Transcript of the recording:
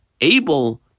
able